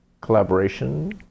collaboration